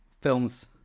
films